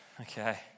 Okay